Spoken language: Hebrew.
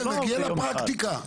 נגיע לפרקטיקה.